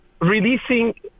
releasing